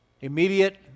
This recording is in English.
immediate